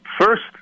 first